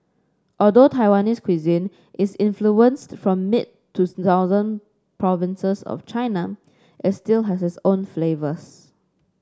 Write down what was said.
although Taiwanese cuisine is influenced from mid to southern provinces of China it still has its own flavours